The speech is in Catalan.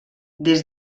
des